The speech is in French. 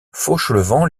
fauchelevent